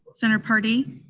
senator paradee?